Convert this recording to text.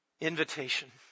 invitation